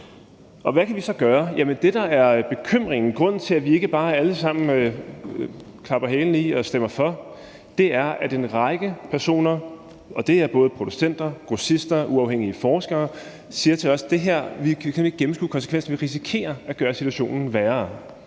Hvad kan vi så gøre? Det, der er bekymringen og grunden til, at vi ikke bare alle sammen klapper hælene i og stemmer for, er, at en række personer – og det er både producenter, grossister og uafhængige forskere – siger til os, at de simpelt hen ikke kan gennemskue konsekvenserne. Vi risikerer at gøre situationen værre;